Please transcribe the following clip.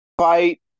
fight